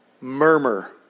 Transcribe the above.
murmur